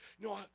No